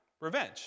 revenge